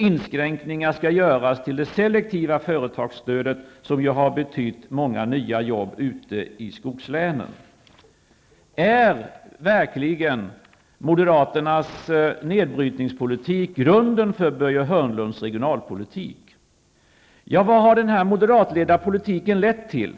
Inskränkningar skall dessutom göras till det selektiva företagsstödet, som har betytt många nya jobb ute i skogslänen. Är verkligen moderaternas nedbrytningspolitik grunden för Börje Hörnlunds regionalpolitik? Vad har den här moderatledda politiken lett till?